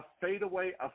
fadeaway